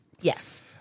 yes